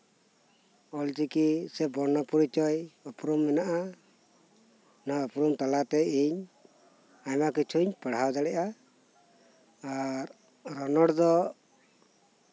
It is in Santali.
ᱚᱞ ᱪᱤᱠᱤ ᱥᱮ ᱵᱚᱨᱱᱚ ᱯᱚᱨᱤᱪᱚᱭ ᱩᱯᱨᱩᱢ ᱢᱮᱱᱟᱜᱼᱟ ᱱᱚᱶᱟ ᱩᱯᱨᱩᱢ ᱛᱟᱞᱟᱛᱮ ᱤᱧ ᱟᱭᱢᱟ ᱠᱤᱪᱷᱩᱧ ᱯᱟᱲᱦᱟᱣ ᱫᱟᱲᱮᱭᱟᱜᱼᱟ ᱟᱨ ᱨᱚᱱᱚᱲ ᱫᱚ